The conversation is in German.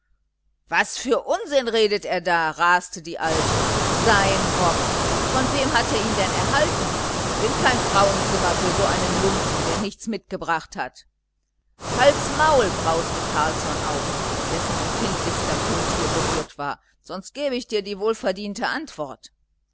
was für unsinn redet er da raste die alte sein rock von wem hat er ihn denn erhalten ich bin kein frauenzimmer für so einen lumpen der nichts mitgebracht hat halts maul brauste carlsson auf dessen empfindlichster punkt hier berührt war sonst gebe ich dir die wohlverdiente antwort